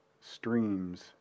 streams